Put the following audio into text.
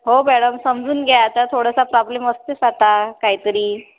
हो मॅडम समजून घ्या आता थोडासा प्रॉब्लेम असतोच आता काही तरी